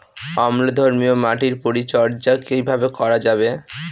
অম্লধর্মীয় মাটির পরিচর্যা কিভাবে করা যাবে?